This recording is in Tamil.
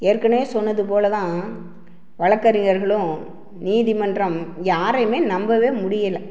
ஏற்கனவே சொன்னது போல் தான் வழக்கறிஞர்களும் நீதிமன்றம் யாரையுமே நம்பவே முடியலை